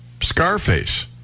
Scarface